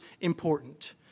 important